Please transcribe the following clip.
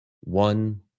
one